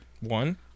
One